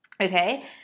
Okay